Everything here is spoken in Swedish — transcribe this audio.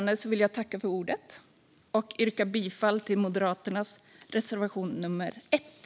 Med det sagt vill jag tacka för ordet och yrka bifall till Moderaternas reservation nummer 1.